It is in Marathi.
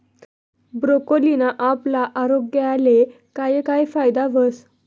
ब्रोकोलीना आपला आरोग्यले काय काय फायदा व्हस